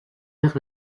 vers